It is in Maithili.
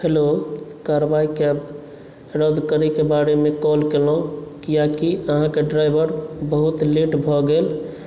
हेलो कार्रवाई कैब रद्द करयकेँ बारेमे कॉल केलहुॅं कियाकि आहाँकेँ ड्राइवर बहुत लेट भऽ गेल